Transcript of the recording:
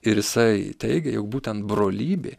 ir jisai teigia jog būtent brolybė